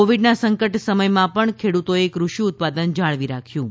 કોવિડના સંકટ સમયમાં પણ ખેડૂતોએ કૃષિ ઉત્પાદન જાળવી રાખ્યું છે